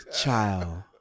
Child